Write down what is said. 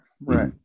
Right